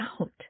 out